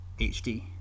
HD